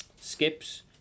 skips